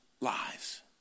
lives